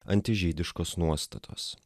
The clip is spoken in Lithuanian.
antižydiškos nuostatos